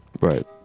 Right